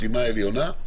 משימה עליונה.